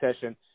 session